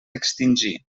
extingir